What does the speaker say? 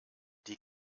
die